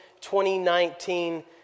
2019